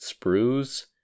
sprues